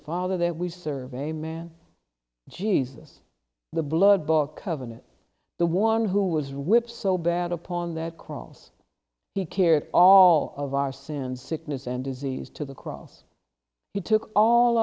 father that we serve a man jesus the blood bach covenant the one who was whipped so bad upon that cross he cared all of our sins sickness and disease to the cross he took all